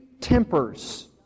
tempers